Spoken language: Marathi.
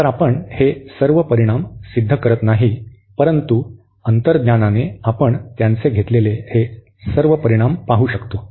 तर आपण हे सर्व परिणाम सिद्ध करीत नाही परंतु अंतर्ज्ञानाने आपण त्यांचे घेतलेले हे सर्व परिणाम पाहू शकतो